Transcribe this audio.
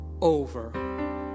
over